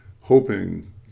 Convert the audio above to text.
hoping